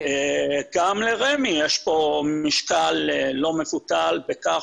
גם לרשות מקרקעי יש כאן משקל לא מבוטל בכך